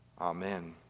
amen